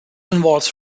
involves